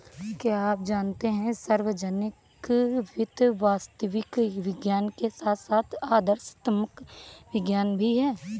क्या आप जानते है सार्वजनिक वित्त वास्तविक विज्ञान के साथ साथ आदर्शात्मक विज्ञान भी है?